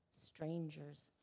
strangers